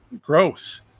gross